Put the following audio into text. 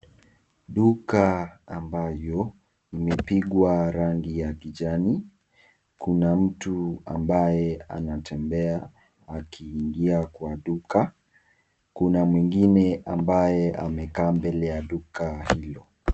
Duka ambayo imepigwa rangi ya kijani una mtu ambaye anatembea akiingia kwa duka kuna mwingine ambaye amekaa mbele ya duka hilo.